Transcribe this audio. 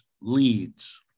leads